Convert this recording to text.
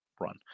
run